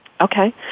Okay